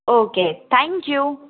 okay thank you